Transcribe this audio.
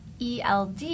ELD